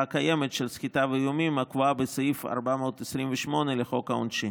הקיימת של סחיטה באיומים הקבועה בסעיף 428 לחוק העונשין.